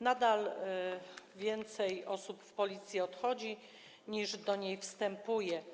Nadal więcej osób z Policji odchodzi niż do niej wstępuje.